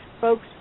folks